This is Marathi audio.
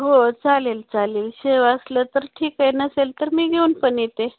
हो चालेल चालेल शेव असलं तर ठीक आहे नसेल तर मी घेऊन पण येते